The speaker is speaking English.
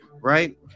right